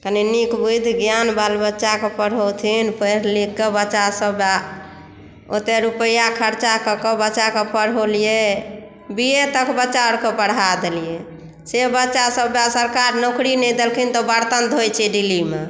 कनि नीक बुद्धि ज्ञान बालबच्चाकेँ पढ़ौथिन पढ़ि लिखकऽ बच्चा सभ ओते रुपैआ खर्चा कऽ कऽ बच्च्केंँ पढ़ौलियै बी ए आर तक बच्चा आरकेँ पढ़ा देलियै से बच्चा सभकेँ सरकार नौकरी नहि देलखिन तऽ बर्तन धोई छै दिल्लीमे